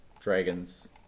Dragons